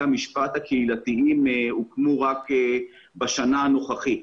המשפט הקהילתיים הוקמו רק בשנה הנוכחית.